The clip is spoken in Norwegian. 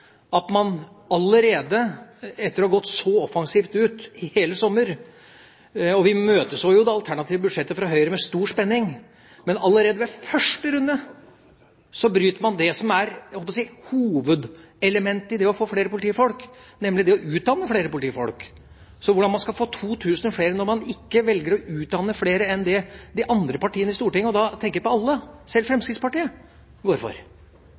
at man allerede etter å ha gått så offensivt ut i hele sommer – og vi imøteså det alternative budsjettet fra Høyre med stor spenning – allerede ved første runde bryter det som er hovedelementet i det å få flere politifolk, nemlig å utdanne flere politifolk. Så hvordan skal man få 2 000 flere når man ikke velger å utdanne flere enn det de andre partiene i Stortinget – og da tenker jeg på alle, selv Fremskrittspartiet – går for?